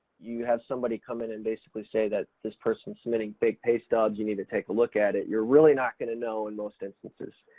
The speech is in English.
you have somebody come in and basically say that this person's submitting fake pay stubs you need to take a look at it, you're really not going to know in most instances.